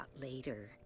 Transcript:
later